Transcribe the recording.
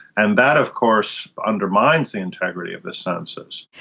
and that of course undermines the integrity of the census.